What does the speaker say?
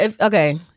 okay